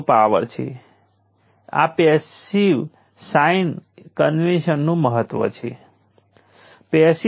જો મારી પાસે સિંગલ વોલ્ટેજ સોર્સ છે અને આમાં માત્ર રઝિસ્ટરનો સમાવેશ થાય છે